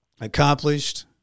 accomplished